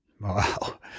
Wow